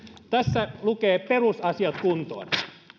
tässä lukee perusasiat kuntoon